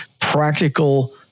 practical